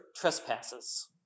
trespasses